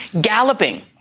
galloping